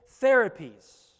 therapies